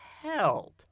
held